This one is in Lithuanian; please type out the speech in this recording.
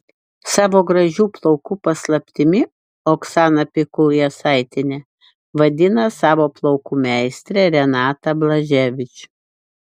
savo gražių plaukų paslaptimi oksana pikul jasaitienė vadina savo plaukų meistrę renatą blaževič